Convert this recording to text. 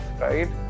right